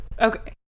okay